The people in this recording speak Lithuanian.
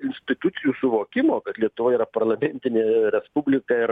institucijų suvokimo kad lietuva yra parlamentinė respublika ir